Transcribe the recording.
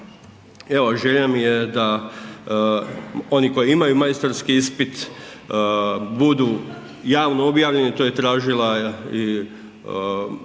Evo, želja mi je da oni koji imaju majstorski ispit, budu javno objavljeni, to je tražila i